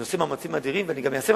נעשה מאמצים אדירים,